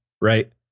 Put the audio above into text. Right